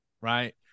right